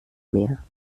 mehr